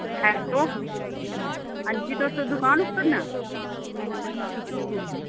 hello अंजी तुस दुकान उप्पर न